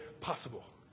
possible